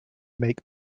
make